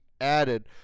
added